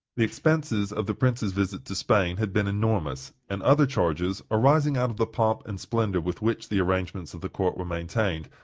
the expenses of the prince's visit to spain had been enormous, and other charges, arising out of the pomp and splendor with which the arrangements of the court were maintained,